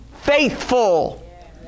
faithful